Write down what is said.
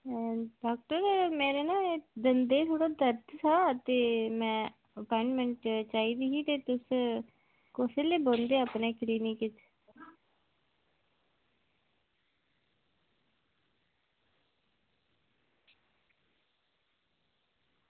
doctor मेरे ना एह् दंदें ई थोह्ड़ा दर्द था ते में अपाइंटमैंट चाहिदी ते तुस कुसलै बौंह्दे अपनी क्लीनिक च